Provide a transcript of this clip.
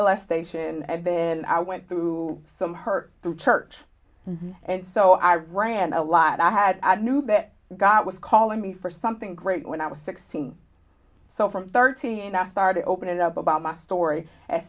sion and then i went through some hurt the church and so i ran a lot i had i knew that god was calling me for something great when i was sixteen so from thirteen i started opening up about my story a